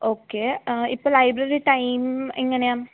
okay ആ ഇപ്പം library time എങ്ങനെയാണ്